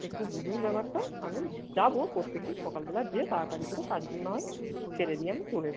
একটু বুঝুন ব্যাপারটা আমি যাবো প্রত্যেকদিন সকালবেলা যেয়ে তাড়াতাড়ি করে কাজগুলো না হয় সেরে দিয়ে আমি চলে